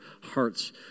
hearts